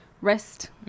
rest